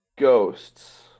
Ghosts